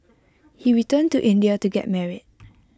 he returned to India to get married